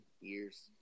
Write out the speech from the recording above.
Years